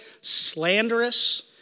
slanderous